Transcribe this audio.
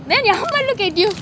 then look at you